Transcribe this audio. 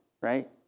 right